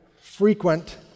frequent